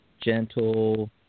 gentle